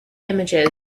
images